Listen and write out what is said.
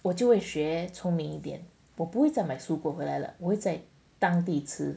我就会学聪明一点不不会再买蔬果回来了我在当地吃